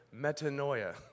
metanoia